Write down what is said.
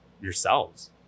yourselves